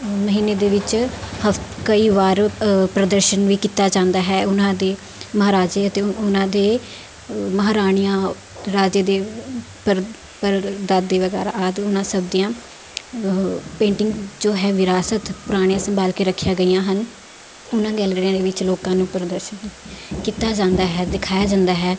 ਮਹੀਨੇ ਦੇ ਵਿੱਚ ਹਫ਼ ਕਈ ਵਾਰ ਪ੍ਰਦਰਸ਼ਨ ਵੀ ਕੀਤਾ ਜਾਂਦਾ ਹੈ ਉਹਨਾਂ ਦੇ ਮਹਾਰਾਜੇ ਅਤੇ ਉਹਨਾਂ ਦੇ ਮਹਾਰਾਣੀਆਂ ਰਾਜੇ ਦੇ ਪਰ ਪੜਦਾਦੇ ਵਗੈਰਾ ਆਦਿ ਉਹਨਾਂ ਸਭ ਦੀਆਂ ਪੇਂਟਿੰਗ ਜੋ ਹੈ ਵਿਰਾਸਤ ਪੁਰਾਣੀਆਂ ਸੰਭਾਲ ਕੇ ਰੱਖੀਆਂ ਗਈਆਂ ਹਨ ਉਹਨਾਂ ਗੈਲਰੀਆਂ ਦੇ ਵਿੱਚ ਲੋਕਾਂ ਨੂੰ ਪ੍ਰਦਰਸ਼ਿਤ ਕੀਤਾ ਜਾਂਦਾ ਹੈ ਦਿਖਾਇਆ ਜਾਂਦਾ ਹੈ